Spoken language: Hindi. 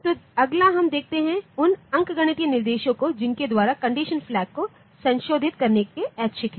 तो अगला हम देखते हैं उन अंकगणितीय निर्देशों को जिनके द्वारा कंडीशन फ्लैग को संशोधित करने के ऐच्छिक है